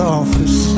office